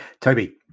toby